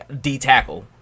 D-tackle